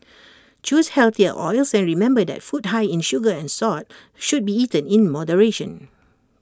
choose healthier oils and remember that food high in sugar and salt should be eaten in moderation